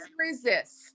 resist